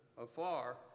afar